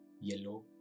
yellow